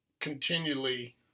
continually